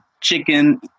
chicken